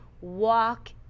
walk